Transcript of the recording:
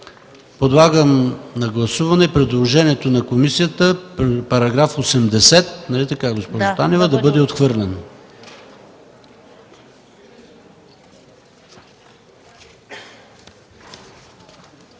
Подлагам на гласуване предложението на комисията § 80 да бъде отхвърлен.